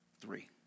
three